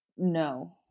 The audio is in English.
no